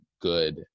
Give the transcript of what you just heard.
good